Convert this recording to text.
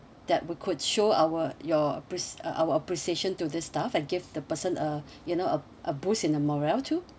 that we could show our your pre~ our appreciation to this staff and give the person a you know a a boost in morale too